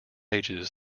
ages